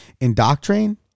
indoctrine